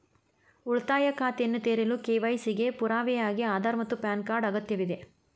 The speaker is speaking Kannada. ಉಳಿತಾಯ ಖಾತೆಯನ್ನು ತೆರೆಯಲು ಕೆ.ವೈ.ಸಿ ಗೆ ಪುರಾವೆಯಾಗಿ ಆಧಾರ್ ಮತ್ತು ಪ್ಯಾನ್ ಕಾರ್ಡ್ ಅಗತ್ಯವಿದೆ